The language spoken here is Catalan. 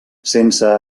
sense